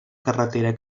carretera